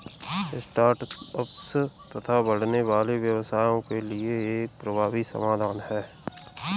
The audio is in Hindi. स्टार्ट अप्स तथा बढ़ने वाले व्यवसायों के लिए यह एक प्रभावी समाधान है